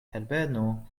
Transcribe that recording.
herbeno